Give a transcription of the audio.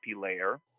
layer